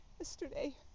yesterday